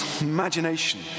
imagination